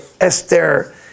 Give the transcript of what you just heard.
Esther